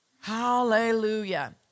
Hallelujah